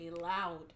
loud